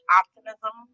optimism